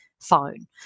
Phone